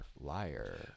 liar